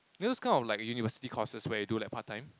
you know those kind of like University courses where you do like part-time